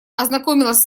ознакомилась